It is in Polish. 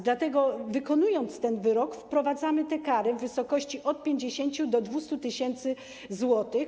Dlatego, wykonując ten wyrok, wprowadzamy te kary w wysokości od 50 do 200 tys. zł.